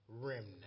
remnant